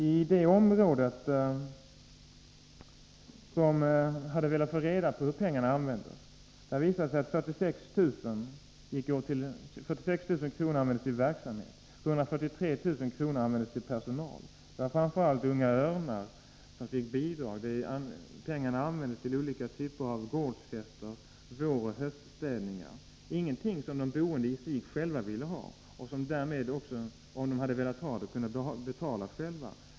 I det område där man hade velat få reda på hur pengarna användes visade det sig att 46 000 kr. användes till verksamhet och 143 000 kr. användes till personal. Det var framför allt Unga Örnar som fick bidrag. Pengarna användes till olika typer av gårdsfester, våroch höststädningar — ingenting som de boende själva ville ha. Om de hade velat ha det, hade de kunnat betala det själva.